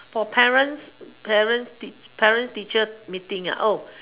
for parents parents teach parents teacher meeting